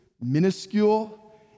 minuscule